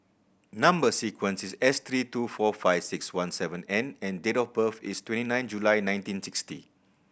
number sequence is S three two four five six one seven N and date of birth is twenty nine July nineteen sixty